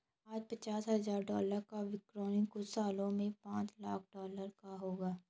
आज पचास हजार डॉलर का बिटकॉइन कुछ सालों में पांच लाख डॉलर का होगा